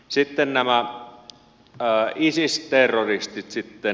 sitten nämä isis terroristit